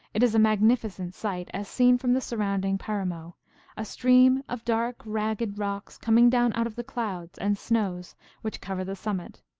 it is a magnificent sight, as seen from the surrounding paramo a stream of dark, ragged rocks coming down out of the clouds and snows which cover the summit.